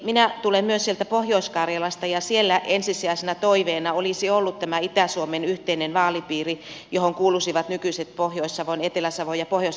minä tulen myös sieltä pohjois karjalasta ja siellä ensisijaisena toiveena olisi ollut tämä itä suomen yhteinen vaalipiiri johon kuuluisivat nykyiset pohjois savon etelä savon ja pohjois karjalan vaalipiirit